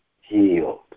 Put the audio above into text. healed